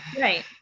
right